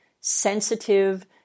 sensitive